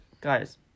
guys